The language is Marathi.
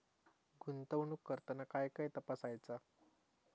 गुंतवणूक करताना काय काय तपासायच?